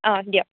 অঁ দিয়ক